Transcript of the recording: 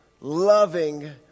loving